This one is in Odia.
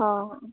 ହଁ ହଁ